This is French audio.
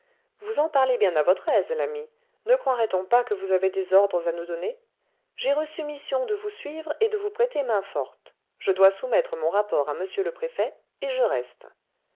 vous en parlez bien à votre aise l'ami ne croirait-on pas que vous avez des ordres à nous donner j'ai reçu mission de vous suivre et de vous prêter main-forte je dois soumettre mon rapport à m le préfet et je reste